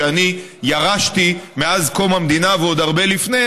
שאני ירשתי מאז קום המדינה ועוד הרבה לפני,